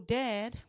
dad